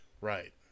Right